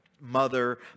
mother